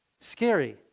scary